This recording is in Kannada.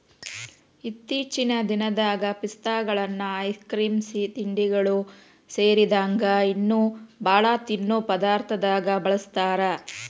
ಇತ್ತೇಚಿನ ದಿನದಾಗ ಪಿಸ್ತಾಗಳನ್ನ ಐಸ್ ಕ್ರೇಮ್, ಸಿಹಿತಿಂಡಿಗಳು ಸೇರಿದಂಗ ಇನ್ನೂ ಬಾಳ ತಿನ್ನೋ ಪದಾರ್ಥದಾಗ ಬಳಸ್ತಾರ